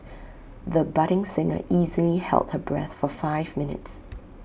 the budding singer easily held her breath for five minutes